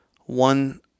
one